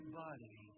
body